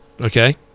okay